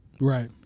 Right